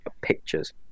pictures